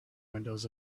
windows